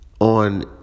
on